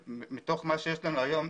מתוך מה שיש לנו היום,